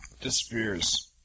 disappears